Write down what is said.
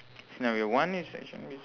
scenario one is your job is